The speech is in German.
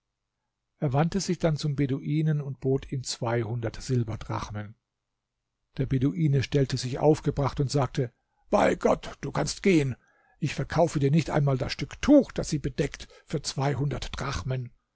er wandte sich dann zum beduinen und bot ihm zweihundert silberdrachmen der beduine stellte sich aufgebracht und sagte bei gott du kannst gehen ich verkaufe dir nicht einmal das stück tuch das sie bedeckt für zweihundert drachmen